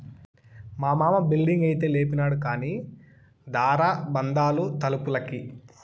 మా మామ బిల్డింగైతే లేపినాడు కానీ దార బందాలు తలుపులకి